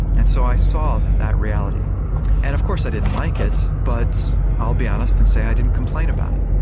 and so i saw that that reality and of course i didn't like it, but i'll be honest and say i didn't complain about it.